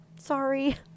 Sorry